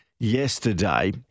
Yesterday